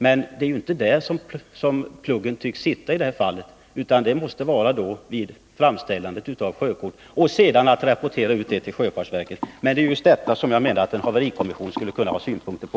Men det är inte där som pluggen tycks sitta i detta fall, utan det måste vara vid framställandet av sjökort och rapporteringen ut till sjöfartsverket. Det är just detta som jag menar att en haverikommission skulle kunna ha synpunkter på.